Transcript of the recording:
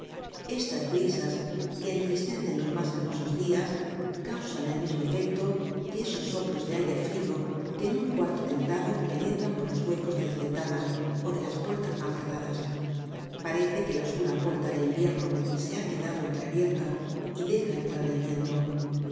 estas brisas que entristecen los mas hermosos dias causan el mismo efecto que esos soplos de aire frio que en un cuarto templado penetran por los huecos de las ventanas ó de las puertas mal cerradas parece que la oscura puerta del invierno se ha quedado entreabierta y deja entrar el viento